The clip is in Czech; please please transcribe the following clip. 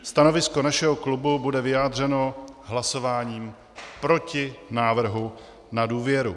Stanovisko našeho klubu bude vyjádřeno hlasováním proti návrhu na důvěru.